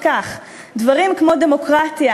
כך: ״דברים כמו דמוקרטיה,